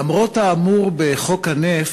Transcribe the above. למרות האמור בחוק הנפט,